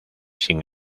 sin